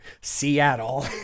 Seattle